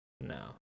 No